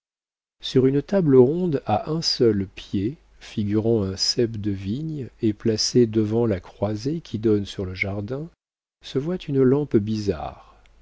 sur une table ronde à un seul pied figurant un cep de vigne et placée devant la croisée qui donne sur le jardin se voit une lampe bizarre